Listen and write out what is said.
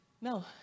No